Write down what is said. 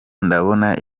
ndabona